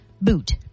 Boot